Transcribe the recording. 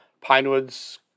Pinewood's